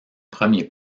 premier